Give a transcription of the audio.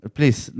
Please